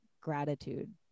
gratitude